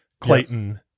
Clayton